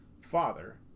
Father